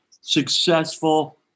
successful